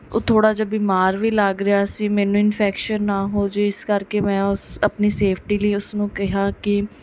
ਉਹ ਥੋੜ੍ਹਾ ਜਿਹਾ ਬਿਮਾਰ ਵੀ ਲੱਗ ਰਿਹਾ ਸੀ ਮੈਨੂੰ ਇਨਫੈਕਸ਼ਨ ਨਾ ਹੋ ਜਾਵੇ ਇਸ ਕਰਕੇ ਮੈਂ ਉਸ ਆਪਣੀ ਸੇਫਟੀ ਲਈ ਉਸ ਨੂੰ ਕਿਹਾ ਕਿ